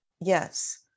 yes